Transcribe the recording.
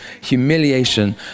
humiliation